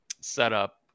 setup